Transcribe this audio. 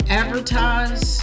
advertise